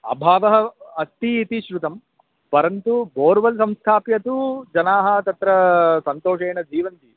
अभावः अस्ति इति श्रुतं परन्तु बोर्वेल् संस्थाप्य तु जनाः तत्र सन्तोषेण जीवन्ति